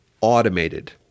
automated